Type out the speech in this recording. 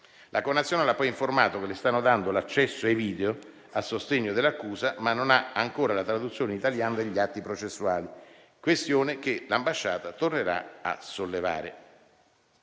La connazionale ha poi informato che le stanno dando l'accesso ai video a sostegno dell'accusa, ma non ha ancora la traduzione italiana degli atti processuali, questione che l'ambasciata tornerà a sollevare.